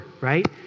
right